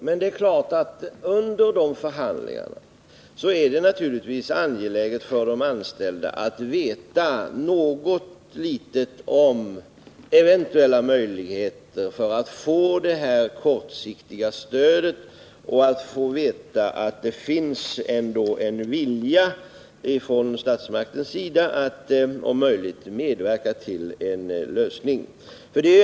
Men under de förhandlingarna är det angeläget för de anställda att få veta något om sina eventuella möjligheter att få det kortsiktiga stödet samt att det finns en vilja från statsmaktens sida att om möjligt medverka till en lösning.